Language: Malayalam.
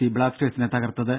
സി ബ്ലാസ്റ്റേഴ്സിനെ തകർത്തത്